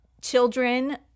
children